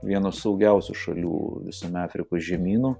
vienos saugiausių šalių visame afrikos žemyne